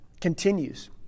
continues